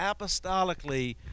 apostolically